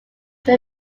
may